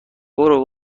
برو